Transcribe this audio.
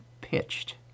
pitched